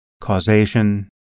causation